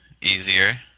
easier